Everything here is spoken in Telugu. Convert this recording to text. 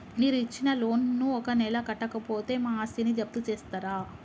మీరు ఇచ్చిన లోన్ ను ఒక నెల కట్టకపోతే మా ఆస్తిని జప్తు చేస్తరా?